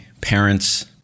parents